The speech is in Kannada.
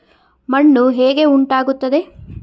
ಮಣ್ಣು ಹೇಗೆ ಉಂಟಾಗುತ್ತದೆ?